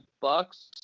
bucks